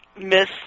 miss